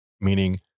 meaning